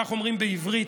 כך אומרים בעברית,